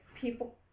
people